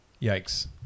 yikes